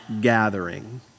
gathering